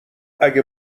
اگه